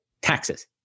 taxes